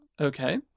Okay